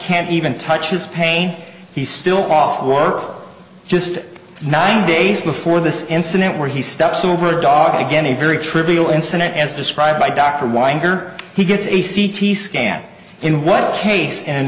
can't even touch his pain he's still off work just nine days before this incident where he steps over a dog again a very trivial incident as described by dr weinger he gets a c t scan in what case and